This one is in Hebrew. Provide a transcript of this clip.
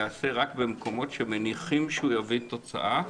ייעשה רק במקומות שמניחים שהוא יביא תוצאה,